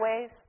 ways